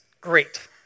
great